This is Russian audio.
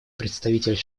представитель